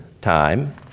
time